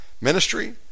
ministry